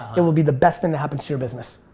it will be the best thing that happens to your business.